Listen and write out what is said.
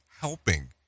helping